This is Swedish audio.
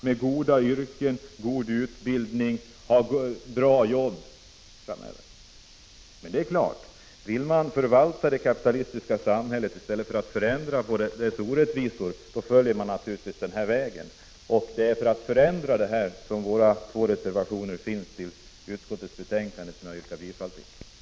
cheferna, de som har bra yrken, god utbildning och fina anställnings 10 december 1985 förhållanden. Men vill man förvalta det kapitalistiska samhället i stället för att ändra på dess orättvisor följer man naturligtvis denna väg. Det är för att förändra dessa förhållanden som vi har fogat två reservationer till utskottets betänkande. Jag yrkar bifall till våra reservationer.